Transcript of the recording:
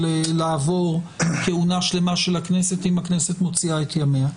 לעבור כהונה שלימה של הכנסת אם הכנסת מוציאה את ימיה.